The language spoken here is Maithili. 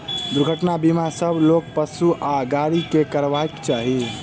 दुर्घटना बीमा सभ लोक, पशु आ गाड़ी के करयबाक चाही